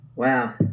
Wow